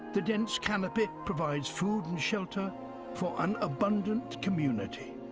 the dense canopy provides food and shelter for an abundant community.